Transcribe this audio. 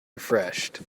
refreshed